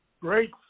great